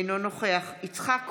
אינו נוכח יצחק כהן,